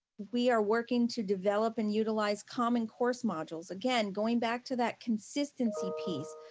we are working to develop and utilize common course modules. again, going back to that consistency piece.